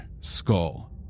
skull